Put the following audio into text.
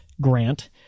grant